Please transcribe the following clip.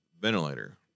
ventilator